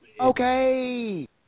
Okay